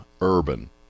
Urban